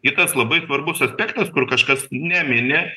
kitas labai svarbus aspektas kur kažkas nemini